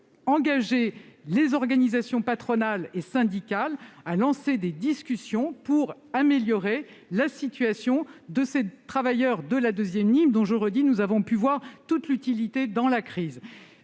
invité les organisations patronales et syndicales à lancer des discussions visant à améliorer la situation de ces travailleurs de la deuxième ligne, dont, je le redis, nous avons pu voir toute l'utilité dans la crise.